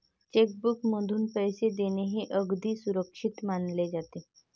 check बुकमधून पैसे देणे हे अगदी सुरक्षित मानले जाते